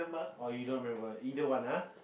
oh you don't remember either one ah